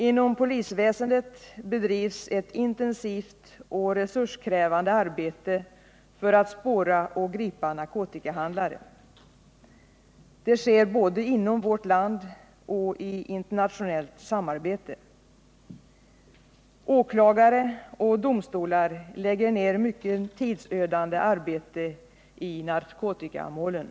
Inom polisväsendet bedrivs ett intensivt och resurskrävande arbete för att spåra och gripa narkotikahandlare. Det sker både inom vårt land och i internationellt samarbete. Åklagare och domstolar lägger ned mycket tidsödande arbete i narkotikamålen.